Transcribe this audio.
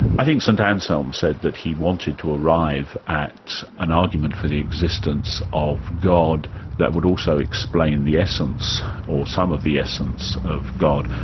i think st anselm said that he wanted to arrive at an argument for the existence of god that would also explain the essence or some of the essence of god,